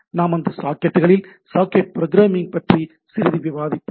நாம் அந்த சாக்கெட்டுகளில் சாக்கெட் புரோகிராமிங் பற்றி சிறிது விவாதிப்போம்